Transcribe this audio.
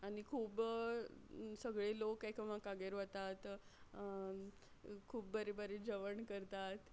आनी खूब सगळे लोक एकामेकागेर वतात खूब बरें बरें जेवण करतात